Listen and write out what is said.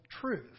truth